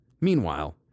Meanwhile